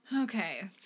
Okay